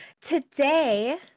today